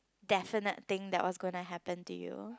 definite thing that was going to happen to you